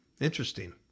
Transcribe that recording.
Interesting